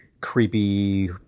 creepy